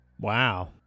Wow